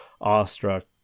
awestruck